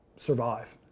survive